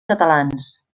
catalans